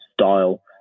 style